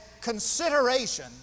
consideration